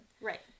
Right